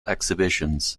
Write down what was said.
exhibitions